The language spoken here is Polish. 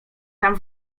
tam